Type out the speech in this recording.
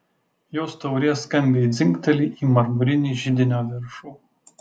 jos taurė skambiai dzingteli į marmurinį židinio viršų